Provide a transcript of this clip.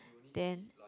then